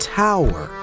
tower